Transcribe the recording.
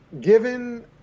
given